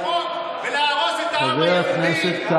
מי שרוצה למחוק ולהרוס את העם היהודי זה האיש הזה,